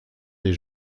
des